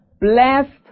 Blessed